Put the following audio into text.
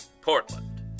Portland